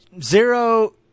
zero